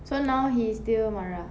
so now he's still marah